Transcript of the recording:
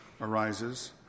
arises